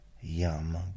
yum